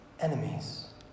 enemies